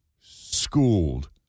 schooled